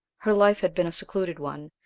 her life had been a secluded one,